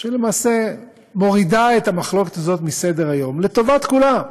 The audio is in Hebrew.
שלמעשה מורידה את המחלוקת הזו מסדר-היום לטובת כולם,